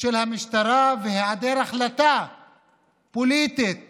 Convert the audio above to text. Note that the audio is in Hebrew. של המשטרה והיעדר החלטה פוליטית